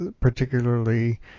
particularly